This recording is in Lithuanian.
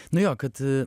nu jo kad